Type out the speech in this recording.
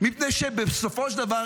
מפני שבסופו של דבר,